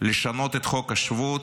לשנות את חוק השבות,